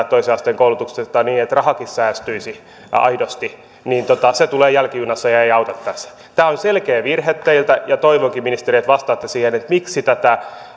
toisen asteen koulutusta niin että rahaakin säästyisi ja aidosti tulee jälkijunassa ja ei auta tässä tämä on selkeä virhe teiltä ja toivonkin ministeri että vastaatte miksi tätä